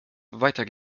weiter